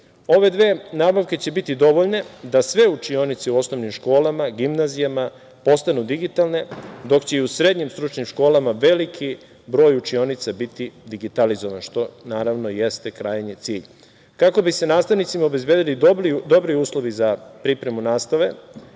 Ove dve nabavke će biti dovoljne da sve učionice u osnovnim školama i gimnazijama postanu digitalne, dok će i u srednjim stručnim školama veliki broj učionica biti digitalizovan, što naravno jeste krajnji cilj. Kako bi se nastavnicima obezbedili dobri uslovi za pripremu nastave,